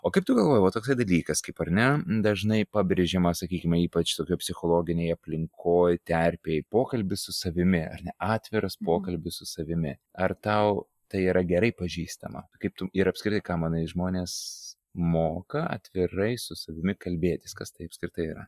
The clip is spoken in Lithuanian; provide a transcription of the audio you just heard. o kaip tu galvoji va toksai dalykas kaip ar ne dažnai pabrėžiama sakykime ypač tokioj psichologinėj aplinkoj terpėj pokalbis su savimi ar ne atviras pokalbis su savimi ar tau tai yra gerai pažįstama kaip tu ir apskritai ką manai žmonės moka atvirai su savimi kalbėtis kas tai apskritai yra